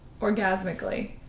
orgasmically